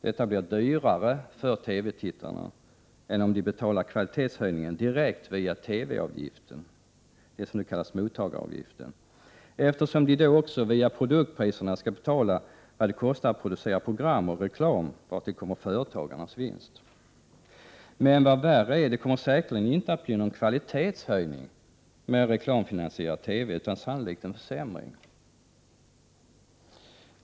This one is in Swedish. Detta blir dyrare för TV-tittarna än om de betalar kvalitetshöjningen direkt via TV-avgiften, det som nu kallas mottagaravgiften, eftersom de då också via produktpriserna skall betala vad det kostar att producera program och reklam, vartill kommer företagarnas vinst. Men vad värre är — det kommer säkerligen inte att bli någon kvalitetshöjning med reklamfinansierad TV, utan sannolikt en försämring.